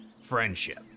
friendship